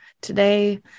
today